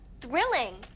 thrilling